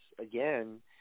again